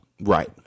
Right